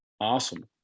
awesome